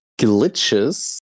glitches